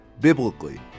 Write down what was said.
biblically